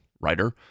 writer